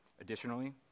Additionally